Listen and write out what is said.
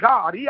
God